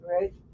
right